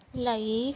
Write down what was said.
ਲਈ